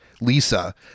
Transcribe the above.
Lisa